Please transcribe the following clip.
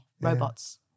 Robots